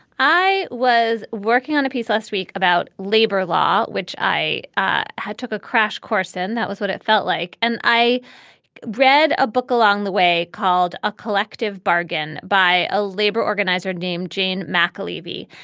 i was working on a piece last week about labor law, which i i had took a crash course in. that was what it felt like. and i read a book along the way called a collective bargain by a labor organizer named jane mackey leavy.